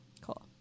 cool